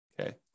okay